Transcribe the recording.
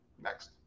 Next